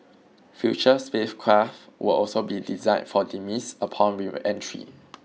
future spacecraft will also be designed for demise upon reentry